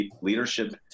leadership